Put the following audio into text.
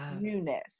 newness